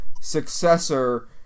successor